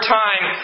time